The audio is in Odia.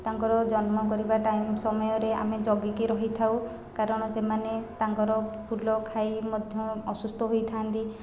ତାଙ୍କର ଜନ୍ମ କରିବା ଟାଇମ ସମୟରେ ଆମେ ଜଗିକି ରହିଥାଉ କାରଣ ସେମାନେ ତାଙ୍କର ଫୁଲ ଖାଇ ମଧ୍ୟ ଅସୁସ୍ଥ ହୋଇଥାନ୍ତି